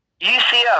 UCF